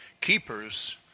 keepers